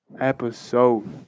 episode